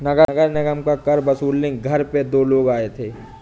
नगर निगम का कर वसूलने घर पे दो लोग आए थे